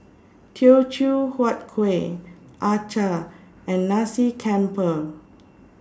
Teochew Huat Kueh Acar and Nasi Campur